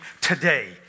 today